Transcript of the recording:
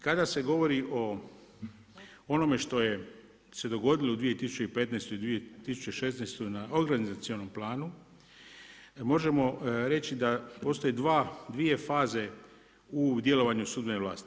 Kada se govori o onome što se dogodilo u 2015., 2016. na organizacionom planu možemo reći da postoje dvije faze u djelovanju sudbene vlasti.